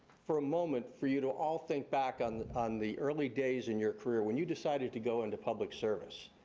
for a moment, for you to all think back on on the early days in your career when you decided to go into public service,